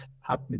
happy